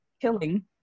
killing